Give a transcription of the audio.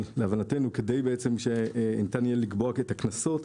להבנתנו, כדי שניתן יהיה לקבוע את הקנסות,